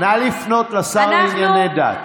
נא לפנות לשר לענייני דת.